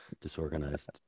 disorganized